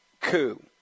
coup